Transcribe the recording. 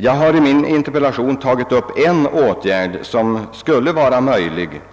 Jag har i min interpellation tagit upp en åtgärd som skulle vara möjlig att använda